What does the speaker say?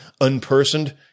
unpersoned